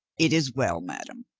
it is well, madame.